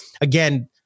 again